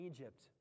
Egypt